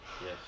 Yes